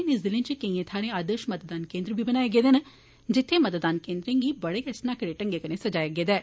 इनें जिलें च केईं थाहरें आदर्श मतदान केन्द्र बी बनाए गेदे न जित्थें मतदान केन्द्रें गी बड़े स्नाकड़े ढंग्गै कन्नै सजाया गेदा ऐ